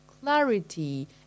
clarity